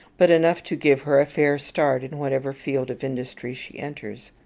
but enough to give her a fair start in whatever field of industry she enters.